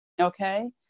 okay